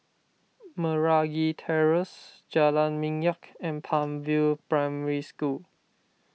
Meragi Terrace Jalan Minyak and Palm View Primary School